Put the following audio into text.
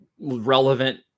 relevant